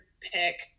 pick